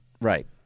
Right